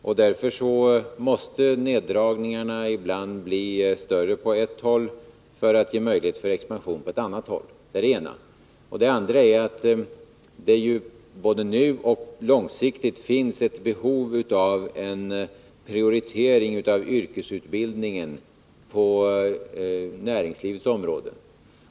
På grund av detta måste också neddragningarna ibland bli större på ett håll för att ge oss möjlighet till expansion på ett annat håll. Dessutom finns det både nu och långsiktigt ett behov av en prioritering av yrkesutbild 121 ningen på näringslivets område.